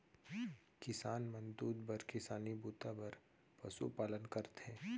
किसान मन दूद बर किसानी बूता बर पसु पालन करथे